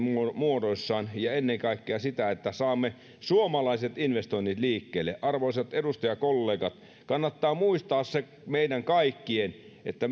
muodoissaan ja ennen kaikkea sitä että saamme suomalaiset investoinnit liikkeelle arvoisat edustajakollegat kannattaa muistaa meidän kaikkien se että